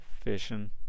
fishing